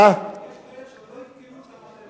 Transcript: יש כאלה שעוד לא עדכנו אותם עד היום.